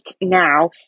now